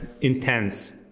intense